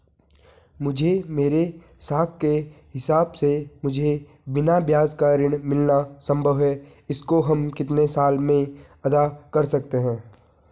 मुझे मेरे साख के हिसाब से मुझे बिना ब्याज का ऋण मिलना संभव है इसको हम कितने साल में अदा कर सकते हैं?